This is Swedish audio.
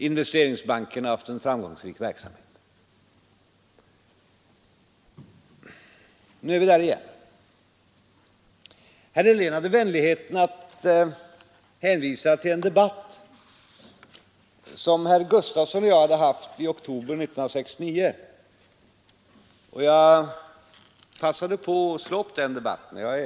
Investeringsbanken har haft en framgångsrik verksamhet. Nu är vi där igen. Herr Helén hade vänligheten att hänvisa till en debatt som herr Gustafson i Göteborg och jag förde i oktober 1969, och jag passade på att slå upp den debatten i protokollet.